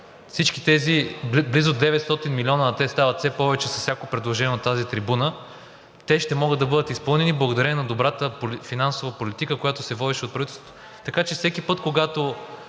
всички тези близо 900 млн., а те стават все повече със всяко предложение от тази трибуна, те ще могат да бъдат изпълнени благодарение на добрата финансова политика, която се водеше от правителството. Така че всеки път, когато